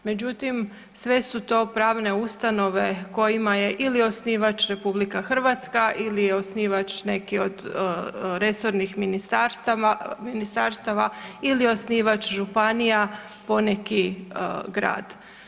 Međutim, sve su to pravne ustanove kojima je ili osnivač RH ili je osnivač neki od resornih ministarstava ili osnivač županija, poneki grad.